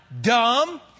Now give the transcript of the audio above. dumb